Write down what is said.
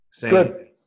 Good